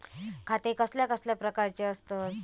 खाते कसल्या कसल्या प्रकारची असतत?